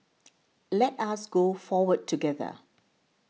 let us go forward together